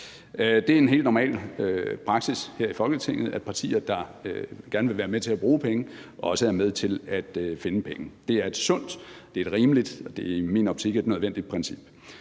Det er en helt normal praksis her i Folketinget, at partier, der gerne vil være med til at bruge penge, også er med til at finde penge. Det er et sundt, det er et rimeligt, og det er i min optik et nødvendigt princip.